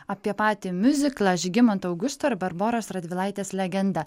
apie patį miuziklą žygimanto augusto ir barboros radvilaitės legenda